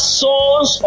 sons